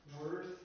worth